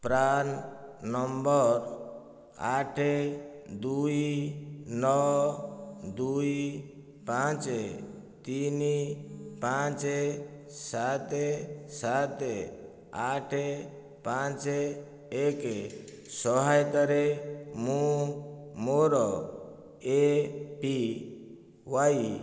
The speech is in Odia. ପ୍ରାନ୍ ନମ୍ବର ଆଠ ଦୁଇ ନଅ ଦୁଇ ପାଞ୍ଚ ତିନି ପାଞ୍ଚ ସାତ ସାତ ଆଠ ପାଞ୍ଚ ଏକ ସହାୟତାରେ ମୁଁ ମୋର ଏ ପି ୱାଇ